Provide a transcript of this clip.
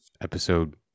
episode